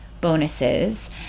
bonuses